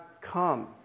Come